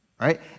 right